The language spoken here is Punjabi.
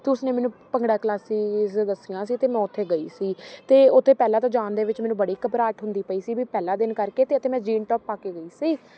ਅਤੇ ਉਸਨੇ ਮੈਨੂੰ ਭੰਗੜਾ ਕਲਾਸਿਸ ਦੱਸੀਆਂ ਸੀ ਅਤੇ ਮੈਂ ਉੱਥੇ ਗਈ ਸੀ ਅਤੇ ਉੱਥੇ ਪਹਿਲਾਂ ਤਾਂ ਜਾਣ ਦੇ ਵਿੱਚ ਮੈਨੂੰ ਬੜੀ ਘਬਰਾਹਟ ਹੁੰਦੀ ਪਈ ਸੀ ਵੀ ਪਹਿਲਾਂ ਦਿਨ ਕਰਕੇ ਤੇ ਅਤੇ ਮੈਂ ਜੀਨ ਟੋਪ ਪਾ ਕੇ ਗਈ ਸੀ